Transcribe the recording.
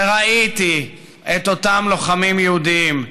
וראיתי את אותם לוחמים יהודים.